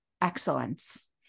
excellence